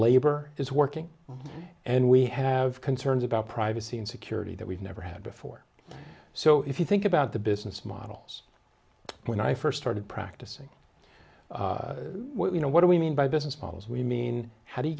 labor is working and we have concerns about privacy and security that we've never had before so if you think about the business models when i first started practicing you know what do we mean by business models we mean how do you